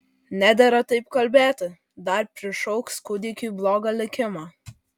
nedera taip kalbėti dar prišauks kūdikiui blogą likimą